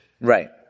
Right